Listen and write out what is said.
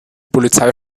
polizei